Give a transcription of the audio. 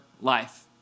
life